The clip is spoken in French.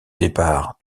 départ